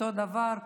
אותו דבר,